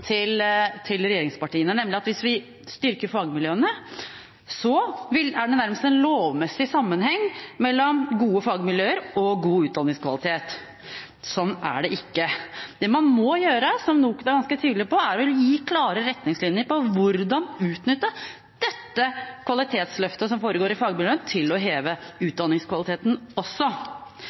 hovedargumentasjonen til regjeringspartiene, nemlig at hvis vi styrker fagmiljøene, er det nærmest en lovmessig sammenheng mellom gode fagmiljøer og god utdanningskvalitet. Sånn er det ikke. Det man må gjøre, som NOKUT er ganske tydelig på, er å gi klare retningslinjer på hvordan utnytte dette kvalitetsløftet som foregår i fagmiljøene, til å heve utdanningskvaliteten også.